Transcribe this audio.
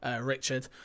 Richard